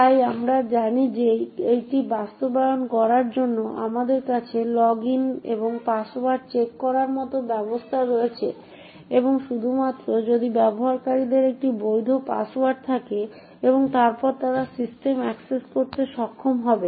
তাই আমরা জানি যে এটি বাস্তবায়ন করার জন্য আমাদের কাছে লগইন এবং পাসওয়ার্ড চেক করার মতো ব্যবস্থা রয়েছে এবং শুধুমাত্র যদি ব্যবহারকারীদের একটি বৈধ পাসওয়ার্ড থাকে এবং তারপর তারা সিস্টেম অ্যাক্সেস করতে সক্ষম হবে